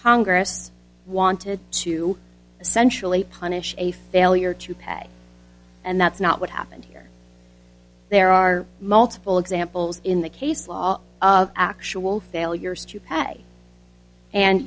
congress wanted to essentially punish a failure to pay and that's not what happened here there are multiple examples in the case law actual failures to pay and